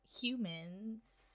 humans